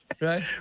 Right